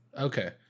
Okay